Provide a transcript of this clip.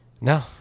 no